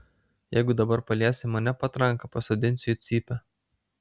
jeigu dabar paliesi mane patranka pasodinsiu į cypę